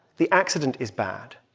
the accident is bad,